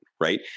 right